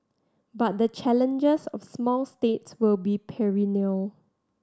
but the challenges of small states will be perennial